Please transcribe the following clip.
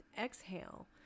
exhale